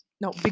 No